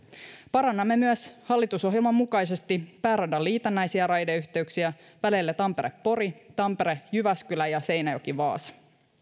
parannamme hallitusohjelman mukaisesti myös pääradan liitännäisiä raideyhteyksiä väleillä tampere pori tampere jyväskylä ja seinäjoki vaasa